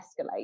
escalate